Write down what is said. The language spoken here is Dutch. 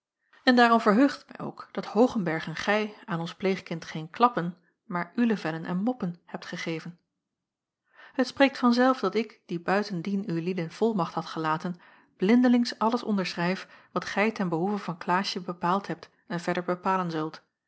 en daarom verheugt het mij ook dat hoogenberg en gij aan ons pleegkind geen klappen maar ulevellen en moppen hebt gegeven het spreekt van zelf dat ik die buitendien ulieden volmacht had gelaten blindelings alles onderschrijf wat gij ten behoeve van klaasje bepaald hebt en verder bepalen zult